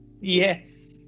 Yes